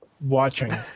watching